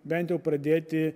bent jau pradėti